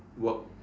work